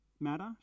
matter